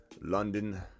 London